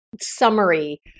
summary